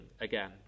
again